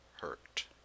hurt